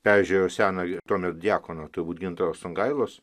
peržėjau seną tuomet diakono turbūt gintaro songailos